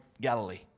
Galilee